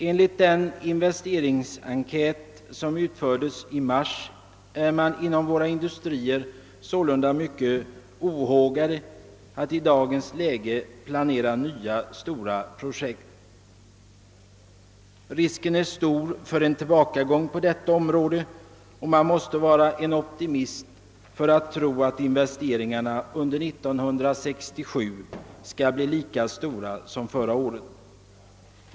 Enligt den investeringsenkät som utfördes i mars är man inom våra industrier sålunda mycket ohågad att i dagens läge planera nya stora projekt. Risken är stor för en tillbakagång på detta område, och man måste vara en optimist för att tro, att investeringarna under 1967 skall bli lika stora som förra året.